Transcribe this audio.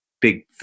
big